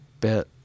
bit